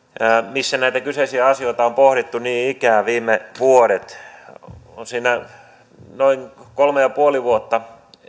missä näitä kyseisiä asioita on pohdittu niin ikään viime vuodet siinä noin kolme pilkku viisi vuotta